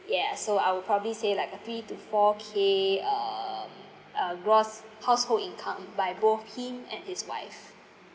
yes so I would probably say like a three to four K um uh gross household income by both him and his wife